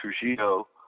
Trujillo